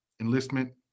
enlistment